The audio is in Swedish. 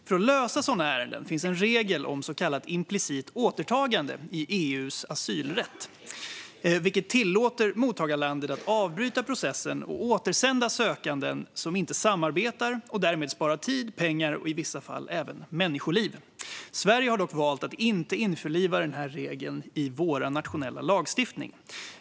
För att lösa sådana ärenden finns en regel om så kallat implicit återkallande i EU:s asylrätt, vilken tillåter mottagarlandet att avbryta processen och återsända sökande som inte samarbetar och därmed spara tid, pengar och i vissa fall även människoliv. Sverige har dock valt att inte införliva denna regel i vår nationella lagstiftning.